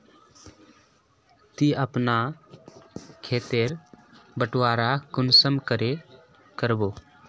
ती अपना खेत तेर बटवारा कुंसम करे करबो?